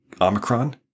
Omicron